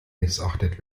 missachtet